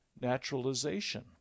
naturalization